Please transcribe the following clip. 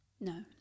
No